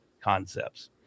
concepts